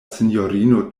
sinjorino